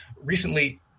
recently